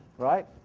right?